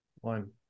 One